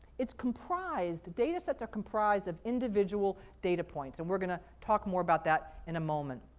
it's comprised, data sets are comprised of individual data points, and we're going to talk more about that in a moment.